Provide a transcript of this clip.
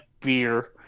beer